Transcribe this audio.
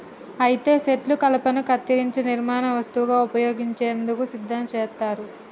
అయితే సెట్లు కలపను కత్తిరించే నిర్మాణ వస్తువుగా ఉపయోగించేందుకు సిద్ధం చేస్తారు